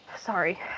Sorry